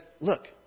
look